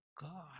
God